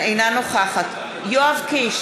אינה נוכחת יואב קיש,